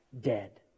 dead